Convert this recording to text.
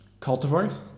cultivars